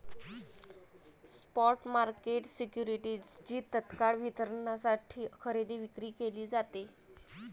spot market सिक्युरिटीजची तत्काळ वितरणासाठी खरेदी विक्री केली जाते